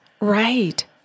Right